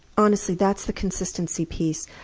honestly, that's the consistency piece.